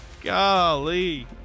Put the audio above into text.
Golly